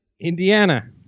Indiana